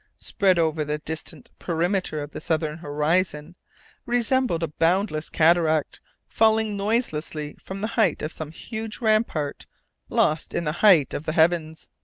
spread over the distant perimeter of the southern horizon resembled a boundless cataract falling noiselessly from the height of some huge rampart lost in the height of the heavens.